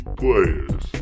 players